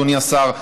אדוני השר,